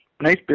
nice